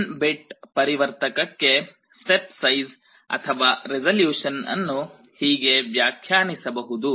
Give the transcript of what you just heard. N bit ಪರಿವರ್ತಕಕ್ಕೆ step size ಅಥವಾ resolution ಅನ್ನು ಹೀಗೆ ವ್ಯಾಖ್ಯಾನಿಸಬಹುದು